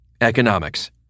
Economics